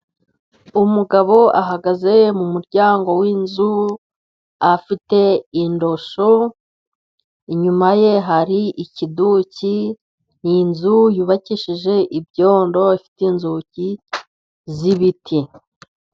Umugabo ahagaze mu muryango w'inzu afite indoshyo, inyuma ye hari ikiduki n'inzu y'ubakishije ibyondo ifite inzugi z'ibiti.